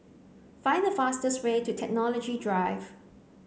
find the fastest way to Technology Drive